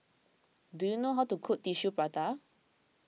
do you know how to cook Tissue Prata